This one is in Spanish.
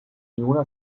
una